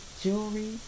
jewelry